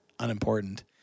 unimportant